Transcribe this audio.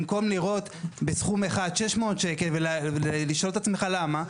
במקום לראות בסכום אחד 600 דקלים ולשאול את עצמך למה.